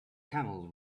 camels